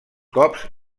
cops